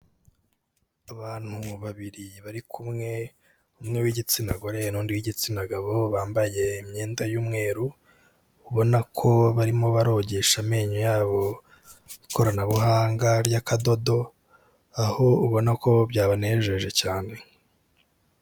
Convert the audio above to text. Abantu babiri bari kumwe, umwe w'igitsina gore, n'undi w'igitsina gabo, bambaye imyenda y'umweru, ubona ko barimo barogesha amenyo yabo ikoranabuhanga ry'akadodo, aho ubona ko byabanejeje cyane.